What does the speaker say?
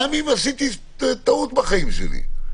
גם אם עשיתי טעות בחיים שלי.